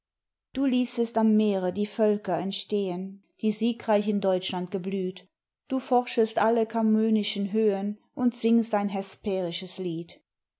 du ließest am meer die völker entstehen die siegreich in deutschland geblüht du forschest alle camönische höhen und singst ein hesperisches lied